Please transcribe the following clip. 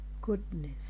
goodness